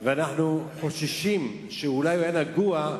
ואנחנו חוששים שאולי היה נגוע,